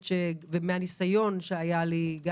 ומהניסיון שהיה לי,